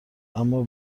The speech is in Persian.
اما